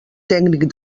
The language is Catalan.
tècnic